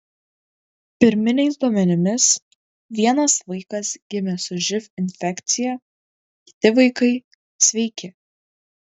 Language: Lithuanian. pirminiais duomenimis vienas vaikas gimė su živ infekcija kiti vaikai sveiki